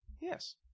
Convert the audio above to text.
Yes